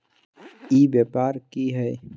ई व्यापार की हाय?